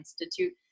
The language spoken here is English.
Institute